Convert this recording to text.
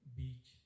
beach